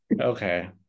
Okay